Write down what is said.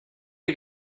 you